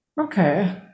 Okay